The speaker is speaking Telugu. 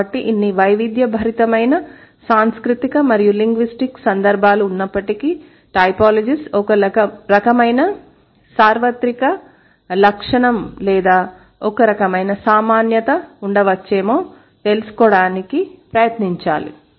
కాబట్టి ఇన్ని వైవిధ్యభరితమైన సాంస్కృతిక మరియు లింగ్విస్టిక్ సందర్భాలు ఉన్నప్పటికీ టైపోలాజిస్ట్ ఒకరకమైన సార్వత్రిక లక్షణం లేదా ఒకరకమైన సామాన్యత ఉండవచ్చేమో తెలుసుకోవడానికి ప్రయత్నించాలి